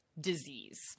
disease